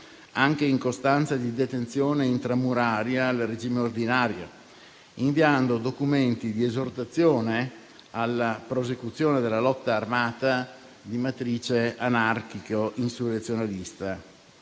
anche in costanza di detenzione intramuraria al regime ordinario, inviando documenti di esortazione alla prosecuzione della lotta armata di matrice anarchico-insurrezionalista.